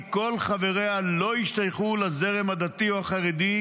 כל חבריה לא ישתייכו לזרם הדתי או החרדי,